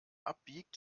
abbiegt